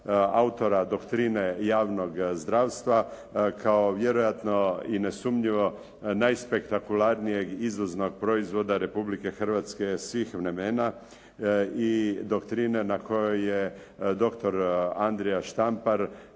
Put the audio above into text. autora doktrine javnog zdravstva, kao vjerojatno i nesumnjivo najspektakularnijeg izvoznog proizvoda Republike Hrvatske svih vremena i doktrina na kojoj je doktor Andrija Štampar